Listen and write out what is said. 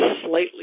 slightly